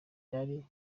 byari